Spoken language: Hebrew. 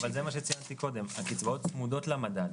אבל זה מה שציינתי קודם, הקצבאות צמודות למדד.